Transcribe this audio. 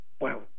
wow